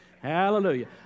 Hallelujah